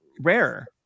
rarer